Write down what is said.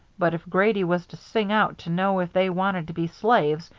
but if grady was to sing out to know if they wanted to be slaves,